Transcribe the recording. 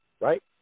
right